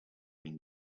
been